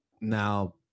Now